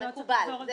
זה מקובל.